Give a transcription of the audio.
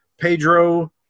pedro